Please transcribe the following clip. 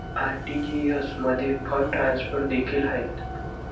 RTGS मध्ये fund transfer देखील आहेत